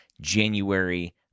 January